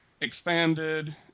expanded